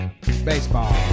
baseball